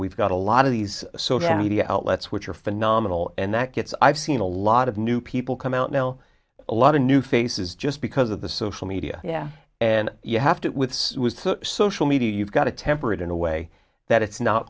we've got a lot of these so yeah the outlets which are phenomenal and that gets i've seen a lot of new people come out now a lot of new faces just because of the social media yeah and you have to with social media you've got to temper it in a way that it's not